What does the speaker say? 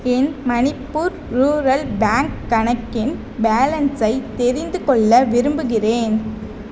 என் Manipur rural bank கணக்கின் பேலன்ஸை தெரிந்துகொள்ள விரும்புகிறேன்